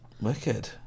wicked